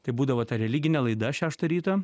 tai būdavo ta religinė laida šeštą ryto